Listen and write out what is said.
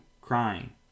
crying